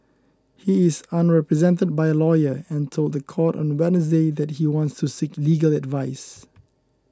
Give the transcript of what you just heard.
he is unrepresented by a lawyer and told the court on Wednesday that he wants to seek legal advice